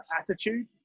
attitude